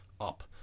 up